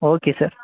okay sir